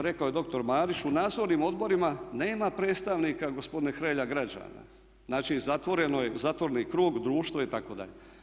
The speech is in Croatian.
Rekao je dr. Marić, u nadzornim odborima nema predstavnika gospodine Hrelja građana, znači zatvoreni krug, društvo itd.